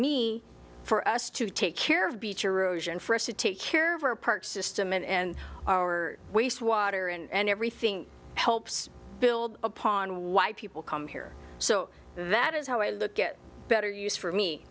me for us to take care of beach erosion for us to take care of our park system and our wastewater and everything helps build upon why people come here so that is how i look at better use for me